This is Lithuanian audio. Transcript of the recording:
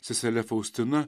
sesele faustina